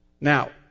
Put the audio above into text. Now